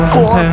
Four